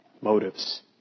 motives